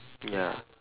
ya